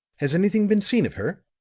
has any thing been seen of her?